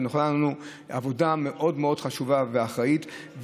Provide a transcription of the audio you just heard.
ונכונה לנו עבודה מאוד מאוד חשובה ואחראית.